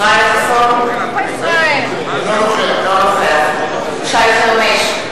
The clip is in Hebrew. ישראל חסון, אינו נוכח שי חרמש,